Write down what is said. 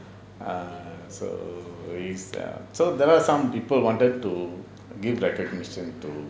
so is err so there are some people wanted to give recognition to